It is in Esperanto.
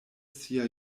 sia